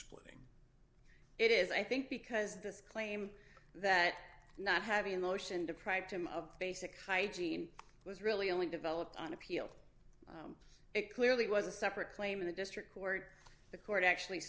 split it is i think because this claim that not having the ocean deprived him of basic hygiene was really only developed on appeal it clearly was a separate claim in the district court the court actually